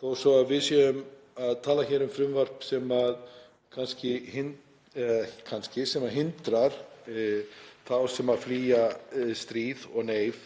þó svo að við séum að tala um frumvarp sem hindrar þá sem flýja stríð og neyð